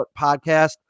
podcast